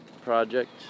Project